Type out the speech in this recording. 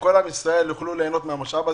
שכל עם ישראל יוכלו ליהנות מהמשאב הזה,